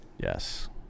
Yes